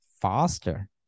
faster